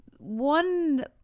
one